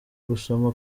gusoma